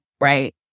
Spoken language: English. right